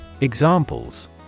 Examples